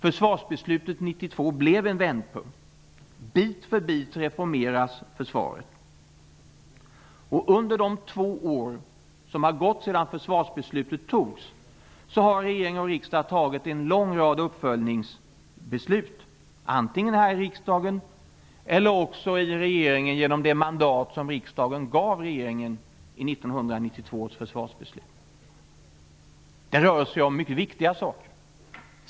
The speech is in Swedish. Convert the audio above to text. Försvarsbeslutet 1992 blev en vändpunkt. Bit för bit reformeras försvaret. Under de två år som har gått sedan försvarsbeslutet fattades har regering och riksdag fattat en lång rad uppföljningsbeslut, antingen här i riksdagen eller också i regeringen, genom det mandat som riksdagen gav regeringen i 1992 års försvarsbeslut. Det rör sig om mycket viktiga saker.